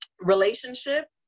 relationship